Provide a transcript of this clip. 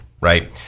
right